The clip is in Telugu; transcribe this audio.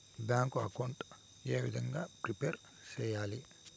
బ్యాంకు అకౌంట్ ఏ విధంగా ప్రిపేర్ సెయ్యాలి?